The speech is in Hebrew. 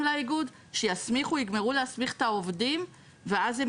לאיגוד שיגמרו להסמיך את העובדים ואז הם